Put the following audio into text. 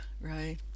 right